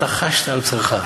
אתה חשת על בשרך.